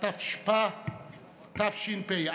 שרות ושרים,